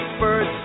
birds